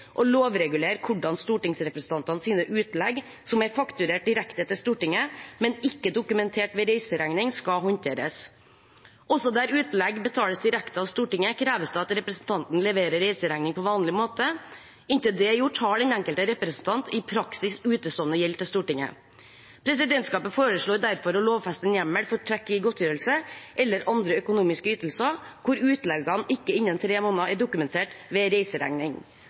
hvordan stortingsrepresentantenes utlegg som er fakturert direkte til Stortinget, men ikke dokumentert ved reiseregning, skal håndteres. Også der utlegg betales direkte av Stortinget, kreves det at representanten leverer reiseregning på vanlig måte. Inntil det er gjort, har den enkelte representant i praksis utestående gjeld til Stortinget. Presidentskapet foreslår derfor å lovfeste en hjemmel for trekk i godtgjørelse eller andre økonomiske ytelser der utleggene ikke innen tre måneder er dokumentert ved reiseregning.